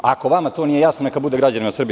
Ako vama to nije jasno, neka bude građanima Srbije.